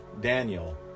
Daniel